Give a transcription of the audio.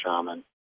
shaman